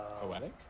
Poetic